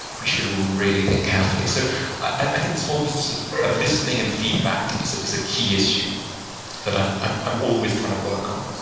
we should really think carefully. so i think this whole business of of listening and feedback is is a key issue that i'm i'm always trying to work on.